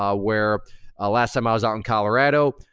ah where ah last time i was out in colorado,